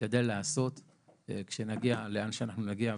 נשתדל לעשות כשאנחנו נגיע לאן שנגיע,